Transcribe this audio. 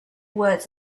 words